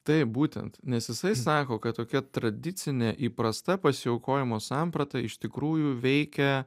taip būtent nes jisai sako kad tokia tradicinė įprasta pasiaukojimo samprata iš tikrųjų veikia